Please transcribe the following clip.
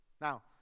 Now